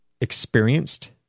experienced